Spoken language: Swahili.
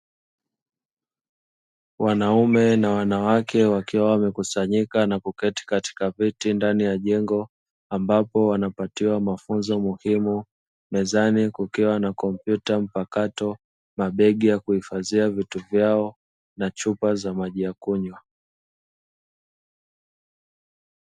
Wanaume na wanawake wakiwa wamekusanyika na kuketi katika viti ndani ya jengo, ambapo wanapatiwa mafunzo muhimu, mezani kukiwa na kompyuta mpakato, mabegi ya kuhifadhia vitu vyao na chupa za maji ya kunywa.